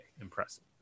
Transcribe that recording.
impressive